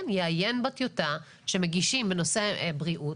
כן, יעיין בטיוטה שמגישים בנושא בריאות.